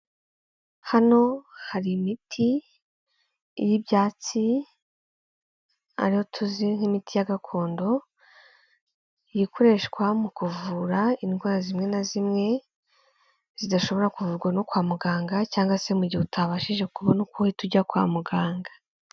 Hano hari imiti y'ibyatsi ariyo tuzi nk'imiti ya gakondo, ikoreshwa mu kuvura indwara zimwe na zimwe zidashobora kuvurwa no kwa muganga cyangwa se mu gihe utabashije kubona uko uhita ujya kwa muganga.